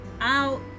out